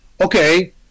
okay